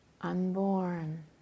unborn